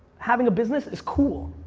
having a business is cool.